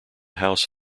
house